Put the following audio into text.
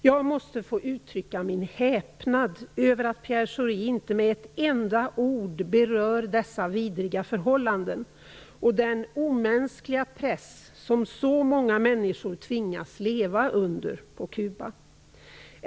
Jag måste uttrycka min häpnad över att Pierre Schori inte med ett enda ord berör dessa vidriga förhållanden och den omänskliga press som så många människor tvingas leva under på Kuba.